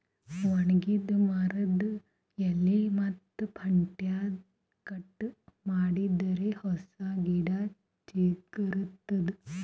ಒಣಗಿದ್ ಮರದ್ದ್ ಎಲಿ ಮತ್ತ್ ಪಂಟ್ಟ್ಯಾ ಕಟ್ ಮಾಡಿದರೆ ಹೊಸ ಗಿಡ ಚಿಗರತದ್